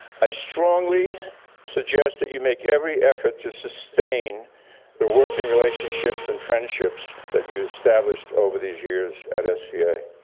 i strongly suggest that you make every effort to sustain the working relationships and friendships that you established over these years at sva.